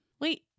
wait